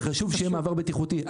וחשוב שיהיה מעבר בטיחותי.